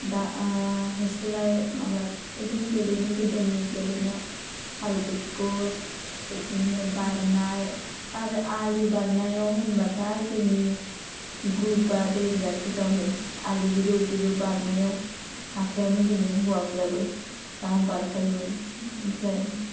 दा होसोलाय माबा बिदिनो गेलेयोमोन गोदोनि गेलेनाय हाल गुदगुद बिदिनो बारनाय आरो आलि बारनायाव होनब्लाथाय जोंनि ग्रुबआ देनजारसोखामोन आलि गोजौ गोजौ बारनायाव हाखायामोन जोंजों हौवाफ्राबो जा बारखायोमोन ओमफ्राय